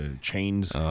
chains